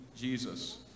Jesus